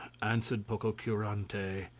answered pococurante,